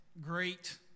great